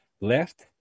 Left